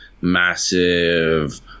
massive